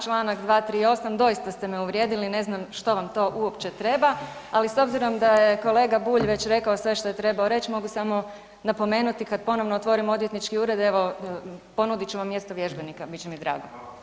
Čl. 238. doista ste me uvrijedili ne znam što vam to uopće treba, ali s obzirom da je kolega Bulj već rekao sve što je trebao reći mogu samo napomenuti kada ponovno otvorim odvjetnički ured ponudit ću vam mjesto vježbenika bit će mi drago.